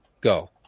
go